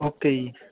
okay ਜੀ